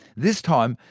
this time,